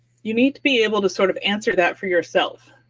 you need to be able to sort of answer that for yourself.